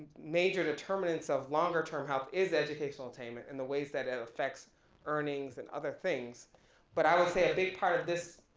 major determinants of longer term health is educational attainment and the ways that it effects earning and other things but i would say a big part of this